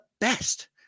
best